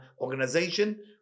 organization